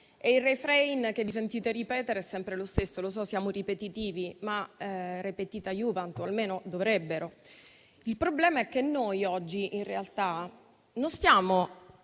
il *refrain* che vi sentite ripetere è sempre lo stesso. Lo so che siamo ripetitivi, ma *repetita iuvant*, o almeno dovrebbero. Il problema è che noi oggi, in realtà, non stiamo